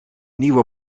nieuwe